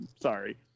Sorry